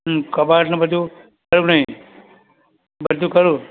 હમ કબાટને બધું જરૂર નહીં બધું ખરું